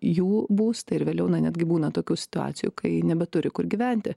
jų būstai ir vėliau na netgi būna tokių situacijų kai nebeturi kur gyventi